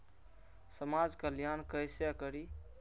समाज कल्याण केसे करी?